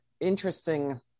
interesting